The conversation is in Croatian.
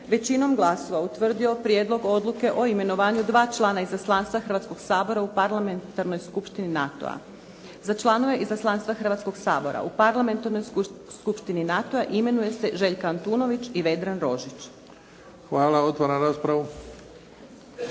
većinom glasova utvrdio prijedlog odluke o imenovanju dva člana izaslanstva Hrvatskog sabora u Parlamentarnoj skupštini NATO-a. Za članove izaslanstva Hrvatskog sabora u Parlamentarnoj skupštini NATO-a imenuje se Željka Antunović i Vedran Rožić. **Bebić, Luka